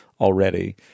already